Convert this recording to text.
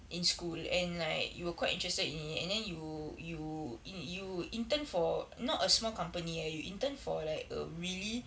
in school and like you were quite interested in it and then you you in~ you intern for not a small company eh you intern for like a really